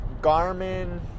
Garmin